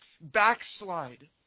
backslide